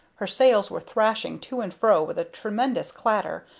her sails were thrashing to and fro with a tremendous clatter,